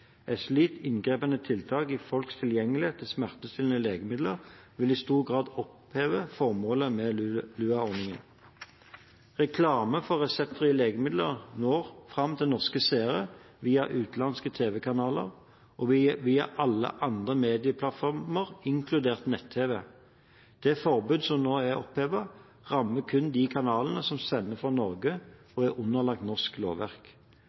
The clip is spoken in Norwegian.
Et slikt inngripende tiltak i folks tilgjengelighet til smertestillende legemidler vil i stor grad oppheve formålet med LUA-ordningen. Reklame for reseptfrie legemidler når fram til norske seere via utenlandske TV-kanaler og via alle andre medieplattformer, inkludert nett-TV. Det forbudet som nå er opphevet, rammet kun de kanalene som sender fra Norge og er underlagt norsk lovverk.